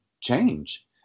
change